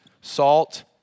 salt